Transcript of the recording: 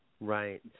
Right